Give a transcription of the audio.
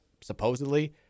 supposedly